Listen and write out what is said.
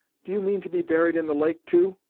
do you mean to be buried in the lake, too?